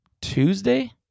Tuesday